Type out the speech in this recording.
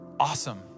Awesome